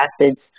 acids